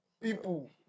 People